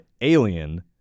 Alien